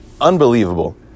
unbelievable